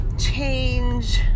change